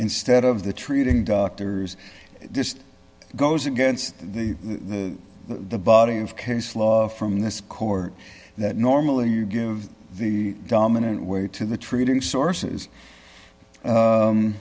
instead of the treating doctors just goes against the the the body of case law from this court that normally you give the dominant way to the treating sources